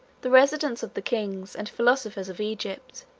the residence of the kings and philosophers of egypt,